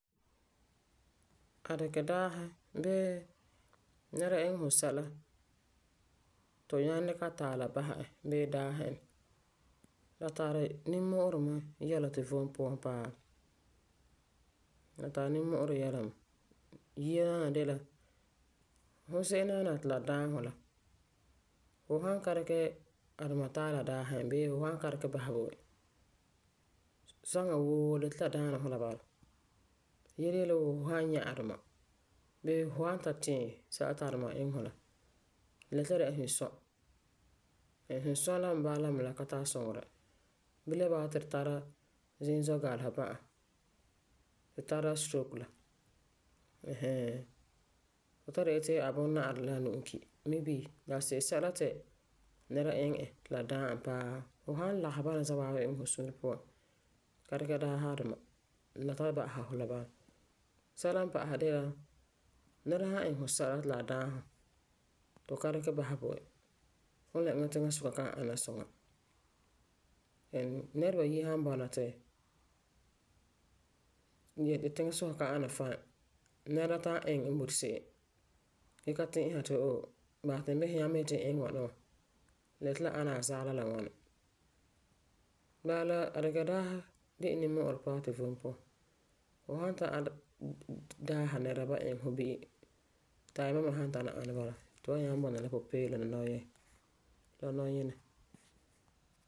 Adikedaasɛ bii nɛra iŋɛ fu sɛla ti fu nyaŋɛ dikɛ a taalɛ basɛ e bii daasɛ e, la tari nimmu'urɛ mɛ, yɛla tu vom puan paa. Yia daana de la fu se'em daana ti la daam fu la, fu san ka dikɛ a duma taalɛ daasɛ bii basɛ bo e saŋa woo la yeti la daana fu la bala. Yele yele wuu fu san nyɛ aduma bee fu san ta tiɛ sɛla ti a duma iŋɛ fu la, la yeti la dɛna la sunsua. And sunsua la bala me la ka tari suŋerɛ. Bilam n bala ti tu tara Ziim zɔgalesɛ ba'a. Tara stroke la ɛɛn hɛɛn. Fu ta di'ɛn ti abunɔ abunɔ na'arɛ la a nu'o n ki. Maybe, daanse'ere sɛla ti nɛra iŋɛ e ti la daam e paa. Fu san lagesɛ bana za'a waabi iŋɛ fu suure puan ka dikɛ daasɛ a duma, la taeba'asera fum la bala. Nɛra san iŋɛ fu sɛla ti la daam fu ti fu ka dikɛ basɛ bo e, fum la eŋa tiŋasuka kan ana suŋa. And nɛrebayi san bɔna ti yele, ti tiŋasuka ka ana fine, nɛra la ta'am iŋɛ eŋa boti sɛla gee ka ti'isa ti oo mam yeti n iŋɛ ŋwana wa basɛ nyaa la yeti la ana zagela la ŋwani. Bala la adikedaasɛ de la sɛla n de n nimmu'urɛ paa tu vom puan Fu san tana daasa nɛreba ba iŋɛ fu se'em ti ayima me tana ana bala, tu wan nyaŋɛ bɔna la pupeelum la nɔyinɛ. La nɔyinɛ.